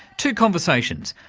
two conversations.